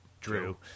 Drew